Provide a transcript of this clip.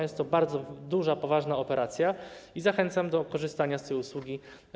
Jest to bardzo duża, poważna operacja i zachęcam do korzystania z tej usługi.